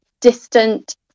distant